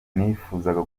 nipfuza